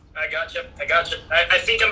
i gotcha, i gotcha. i think,